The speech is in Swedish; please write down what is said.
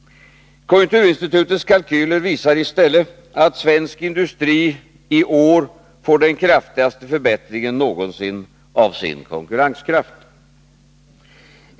Konjunkturinstitutets kalkyler visar i stället att svensk industri i år får den kraftigaste förbättringen någonsin av sin konkurrenskraft.